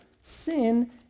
sin